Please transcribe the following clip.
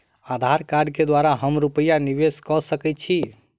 आधार कार्ड केँ द्वारा हम रूपया निवेश कऽ सकैत छीयै?